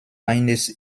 eines